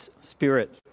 spirit